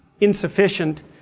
insufficient